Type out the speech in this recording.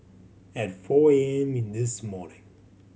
at four A M this morning